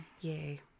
Yay